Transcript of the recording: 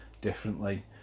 differently